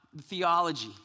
theology